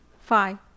Five